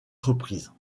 reprises